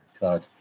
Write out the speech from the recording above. god